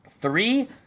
Three